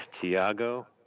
Tiago